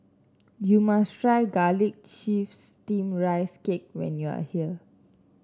you must try Garlic Chives Steamed Rice Cake when you are here